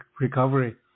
recovery